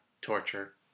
torture